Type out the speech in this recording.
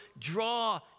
Draw